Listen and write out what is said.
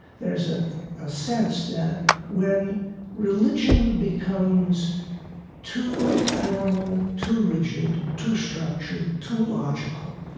there's ah a sense that when religion becomes too formal, too rigid, too structured, too logical,